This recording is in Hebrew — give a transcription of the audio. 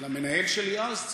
למנהל שלי אז,